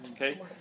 Okay